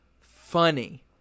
funny